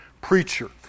preacher